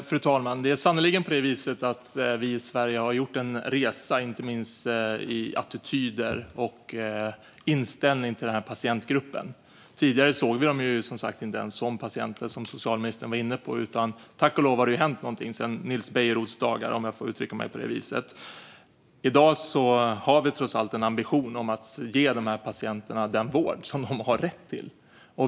Fru talman! Det är sannerligen på det viset att vi i Sverige har gjort en resa vad gäller inte minst attityder och inställning till den här patientgruppen. Tidigare såg vi dem som sagt inte ens som patienter, som socialministern var inne på. Tack och lov har det hänt någonting sedan Nils Bejerots dagar, om jag får uttrycka mig på det viset. I dag har vi trots allt en ambition att ge de här patienterna den vård som de har rätt till.